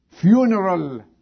funeral